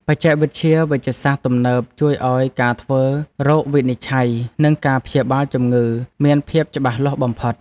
បច្ចេកវិទ្យាវេជ្ជសាស្ត្រទំនើបជួយឱ្យការធ្វើរោគវិនិច្ឆ័យ និងការព្យាបាលជំងឺមានភាពច្បាស់លាស់បំផុត។